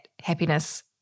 happiness